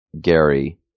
Gary